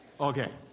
Okay